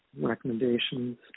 recommendations